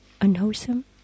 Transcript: unwholesome